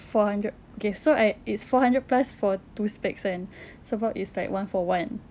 four hundred okay so ac~ it's four hundred plus for two specs kan sebab it's like one for one